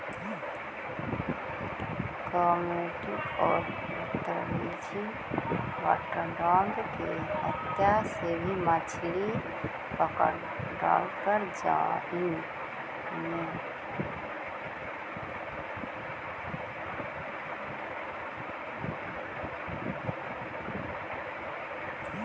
cormorant और Portuguese water dog की सहायता से भी मछली पकड़रल जा हई